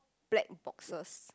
black boxes